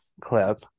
clip